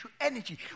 energy